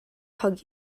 hug